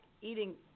eating